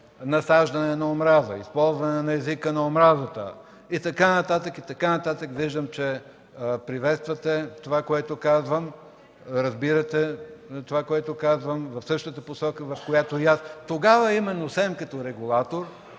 насаждане на омраза, използване на езика на омразата и така нататък, и така нататък – виждам, че приветствате, разбирате това, което казвам, в същата посока, в която и аз – тогава именно СЕМ, като регулатор,